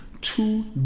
two